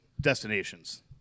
destinations